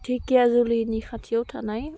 धेकियाजुलिनि खाथियाव थानाय